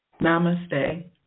Namaste